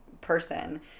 person